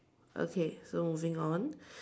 okay so moving on